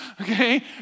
okay